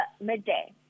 Midday